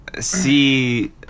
see